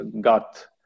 got